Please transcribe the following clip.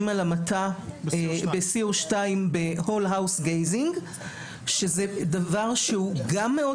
על המתה ב-C02 ב-הול האוס גייזינג שזה דבר שהוא גם מאוד